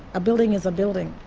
a building is a building.